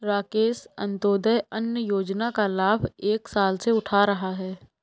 राकेश अंत्योदय अन्न योजना का लाभ एक साल से उठा रहा है